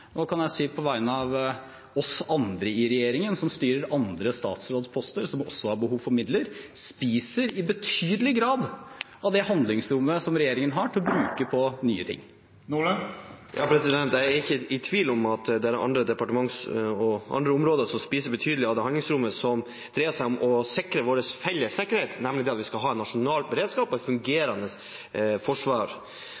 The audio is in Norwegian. og – kan jeg si på vegne av oss andre i regjeringen, som styrer andre statsrådsposter, som også har behov for midler – som i betydelig grad spiser av det handlingsrommet som regjeringen har til å bruke på nye ting. Jeg er ikke i tvil om at det er andre departementer og andre områder som spiser betydelig av det handlingsrommet som dreier seg om å sikre vår felles sikkerhet, nemlig at vi skal ha en nasjonal beredskap og et